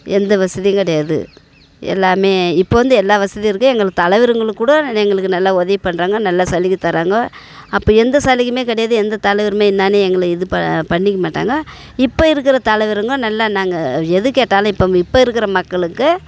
எந்த வசதி கிடையாது எல்லாமே இப்போ வந்து எல்லா வசதியும் இருக்குது எங்களுக்கு தலைவருங்களுக்கூட எங்களுக்கு நல்லா உதவி பண்ணுறாங்க நல்ல சலுகை தராங்கோ அப்போ எந்த சலுகையுமே கிடையாது எந்த தலைவரும் இன்னான்னு எங்களை இது ப பண்ணிக்க மாட்டாங்க இப்போ இருக்கிற தலைவருங்க நல்லா நாங்க எது கேட்டாலும் இப்போ இப்போ இருக்கிற மக்களுக்கு